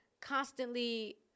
constantly